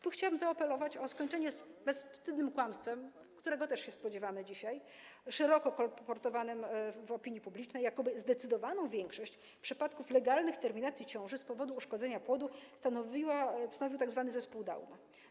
Tu chciałabym zaapelować o skończenie z bezwstydnym kłamstwem, którego przywołania też się spodziewamy dzisiaj, szeroko kolportowanym w opinii publicznej, jakoby w zdecydowanej większości przypadków legalnych terminacji ciąży z powodu uszkodzenia płodu ich przyczynę stanowił tzw. zespół Downa.